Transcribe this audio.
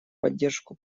поддержку